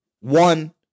one